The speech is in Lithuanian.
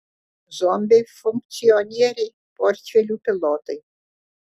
zombiai funkcionieriai portfelių pilotai